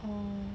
orh